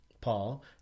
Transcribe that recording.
Paul